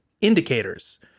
indicators